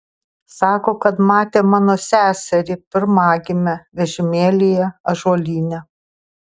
sako kad matė mano seserį pirmagimę vežimėlyje ąžuolyne